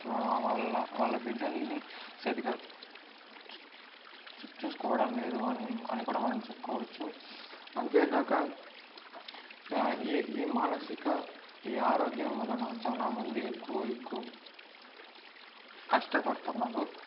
వాళ్ళ వాళ్ళ బిడ్డల్ని సరిగ్గా చూసుకోవడం లేదు అని అని కూడా మనం చెప్పుకోవచ్చు అంతేకాక ఈ ఈ మానసిక ఈ ఆరోగ్యం వలన చాలా మంది ఎక్కువ ఎక్కువ కష్టపడుతున్నారు